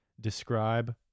describe